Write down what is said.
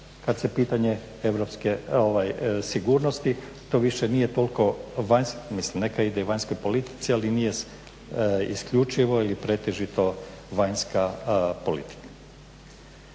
kada je pitanje sigurnosti to više nije toliko, mislim neka ide i vanjskoj politici ali nije isključivo ili pretežito vanjska politika.